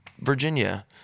Virginia